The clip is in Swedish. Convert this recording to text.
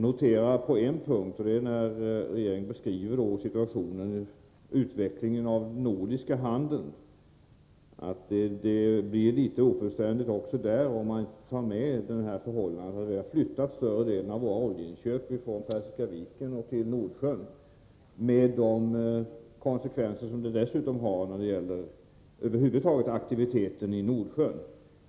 När regeringen beskriver utvecklingen av den nordiska handeln blir det hela litet ofullständigt, eftersom man inte tar upp det förhållandet att vi flyttat större delen av våra oljeinköp från Persiska viken till Nordsjön — med de konsekvenser över huvud taget som det har på aktiviteten i Nordsjön.